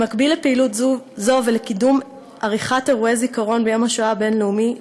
במקביל לפעילות זו ולקידום עריכת אירועי זיכרון ביום השואה הבין-לאומי,